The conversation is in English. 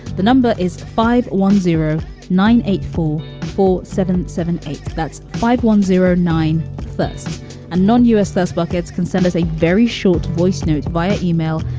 the number is five one zero nine eight four four seven seven eight. that's five one zero nine plus and non-u s. those buckets can send us a very short voice note via email.